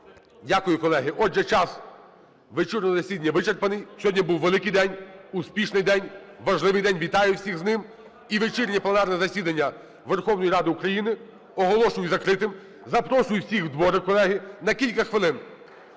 Дякую, колеги. Отже, час вечірнього засідання вичерпаний. Сьогодні був великий день, успішний день, важливий день. Вітаю всіх з ним. І вечірнє пленарне засідання Верховної Ради України оголошую закритим. Запрошую всіх у дворик, колеги, на кілька хвилин.